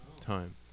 time